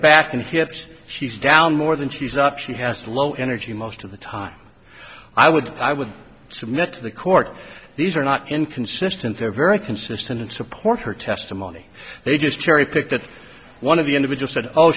back and hips she's down more than she's up she has low energy most of the time i would i would submit to the court these are not inconsistent they're very consistent support her testimony they just cherry picked that one of the individual said oh